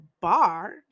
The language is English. bar